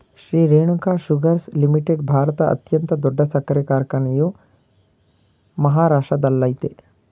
Shri Renuka sugars limited ಭಾರತದ ಅತ್ಯಂತ ದೊಡ್ಡ ಸಕ್ಕರೆ ಕಾರ್ಖಾನೆಯು ಮಹಾರಾಷ್ಟ್ರದಲ್ಲಯ್ತೆ